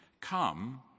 come